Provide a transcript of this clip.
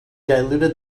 diluted